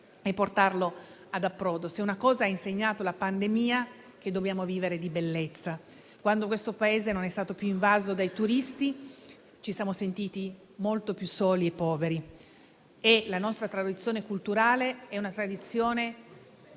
e portarlo ad approdo. Se una cosa ha insegnato la pandemia, è che dobbiamo vivere di bellezza. Quando questo Paese non è stato più invaso dai turisti, ci siamo sentiti molto più soli e poveri. La nostra è una tradizione culturale che attrae